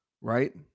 Right